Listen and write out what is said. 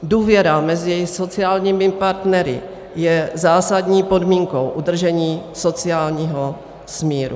Důvěra mezi sociálními partnery je zásadní podmínkou udržení sociálního smíru.